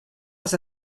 els